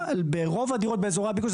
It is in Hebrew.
ברוב הדירות באוזרי הביקוש,